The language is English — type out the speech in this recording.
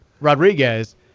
Rodriguez